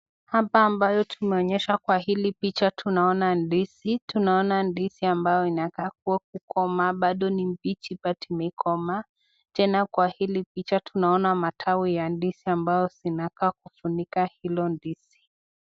Hapa ambayo tumeonyesha kwa hili picha ni ndizi tunaona ndizi inakaa kuwa kukomaa bado ni ndizi mbichi but imekomaa tena kwa matawi ya ndizi ambayo zinakaa kufunika hilo ndizi